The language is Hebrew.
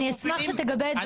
אני אשמח שתגבה את זה בנתונים.